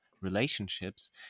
relationships